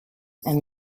and